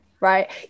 right